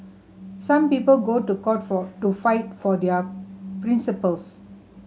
some people go to court for to fight for their principles